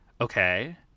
Okay